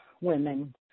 women